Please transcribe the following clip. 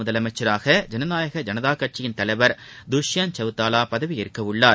முதலமைச்சராக ஜனநாயக் ஜனதா கட்சியின் தலைவர் துணை துஷ்பந்த் சவுதாவா பதவியேற்கவுள்ளார்